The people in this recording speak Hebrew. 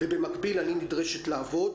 ובמקביל אני נדרשת לעבוד.